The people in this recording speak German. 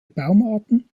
baumarten